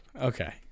Okay